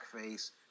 face